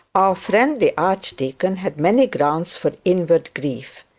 our friend the archdeacon had many grounds for inward grief.